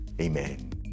Amen